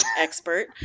expert